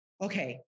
okay